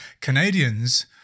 Canadians